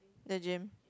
the gym